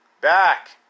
Back